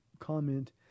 comment